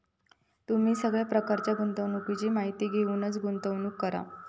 तुम्ही सगळ्या प्रकारच्या गुंतवणुकीची माहिती घेऊनच गुंतवणूक करा